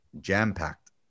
jam-packed